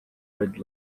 red